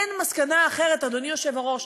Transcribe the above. אין מסקנה אחרת, אדוני היושב-ראש,